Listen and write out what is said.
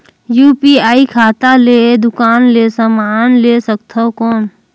UPI खाता ले दुकान ले समान ले सकथन कौन?